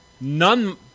None